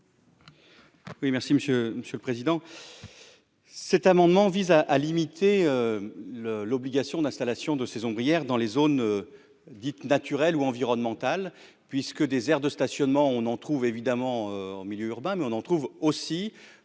Monsieur Monsieur le Président, cet amendement vise à à limiter le l'obligation d'installation de saison Brière dans les zones dites naturelles ou environnemental puisque des aires de stationnement, on en trouve évidemment en milieu urbain, mais on en trouve aussi